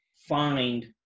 find